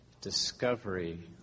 discovery